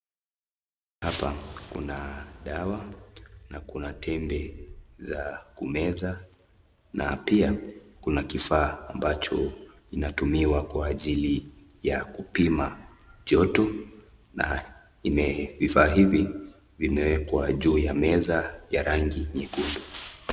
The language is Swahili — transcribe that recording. Hapa kuna dawa na kuna tende za kumeza na pia kuna kifaa ambacho inatumiwa kwa ajili ya kupima joto na vile vifaa hivi vimewekwa juu ya meza ya rangi nyekundu.